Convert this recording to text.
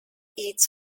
its